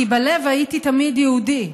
כי בלב הייתי תמיד יהודי.